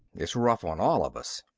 it's rough on all of us.